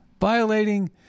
violating